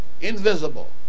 invisible